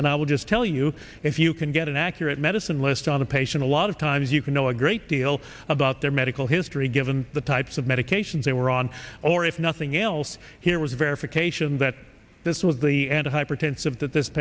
lists and i would just tell you if you can get an accurate medicine list on a patient a lot of times you can know a great deal about their medical history given the types of medications they were on or if nothing else here was a verification that this was the end of hypertensive that this